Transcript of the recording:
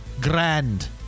Grand